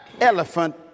elephant